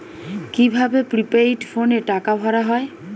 কি ভাবে প্রিপেইড ফোনে টাকা ভরা হয়?